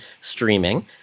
streaming